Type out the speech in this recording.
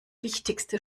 wichtigste